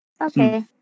Okay